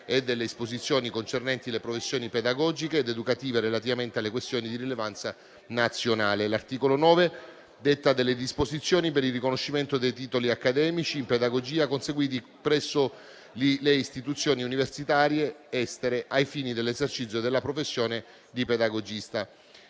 e delle disposizioni concernenti le professioni pedagogiche ed educative relativamente alle questioni di rilevanza nazionale. L'articolo 9 detta delle disposizioni per il riconoscimento dei titoli accademici in pedagogia, conseguiti presso le istituzioni universitarie estere, ai fini dell'esercizio della professione di pedagogista,